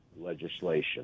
legislation